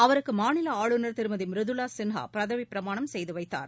அவருக்கு மாநில ஆளுநர் திருமதி மிருதுளா சின்ஹா பதவிப்பிரமாணம் செய்து வைத்தார்